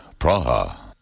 Praha